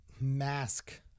mask